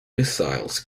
missiles